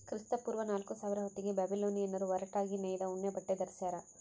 ಕ್ರಿಸ್ತಪೂರ್ವ ನಾಲ್ಕುಸಾವಿರ ಹೊತ್ತಿಗೆ ಬ್ಯಾಬಿಲೋನಿಯನ್ನರು ಹೊರಟಾಗಿ ನೇಯ್ದ ಉಣ್ಣೆಬಟ್ಟೆ ಧರಿಸ್ಯಾರ